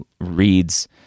reads